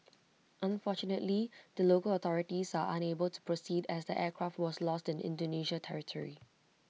unfortunately the local authorities are unable to proceed as the aircraft was lost in Indonesia territory